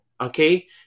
Okay